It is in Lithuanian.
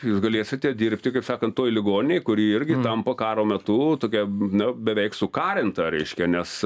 jūs galėsite dirbti kaip sakant toj ligoninėj kuri irgi tampa karo metu tokia na beveik sukarinta reiškia nes